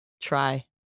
try